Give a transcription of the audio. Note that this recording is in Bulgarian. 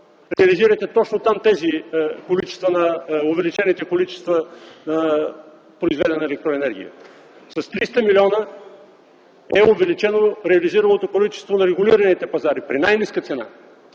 реализирате точно там увеличените количества произведена електроенергия? С 300 милиона е увеличено реализираното количество на регулираните пазари при най-ниска цена.